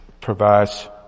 provides